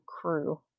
crew